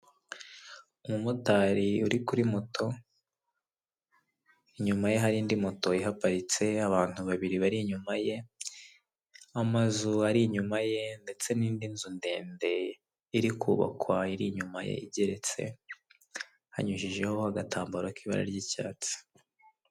Umumotari uri kuri moto inyuma ye hari indi moto iparitse abantu babiri bari inyuma ye amazu ari inyuma ye ndetse n'indi nzu ndende iri kubakwa iri inyuma ye igeretse hanyujijeho agatambaro k'ibara ry'icyatsi.